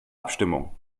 abstimmung